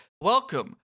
welcome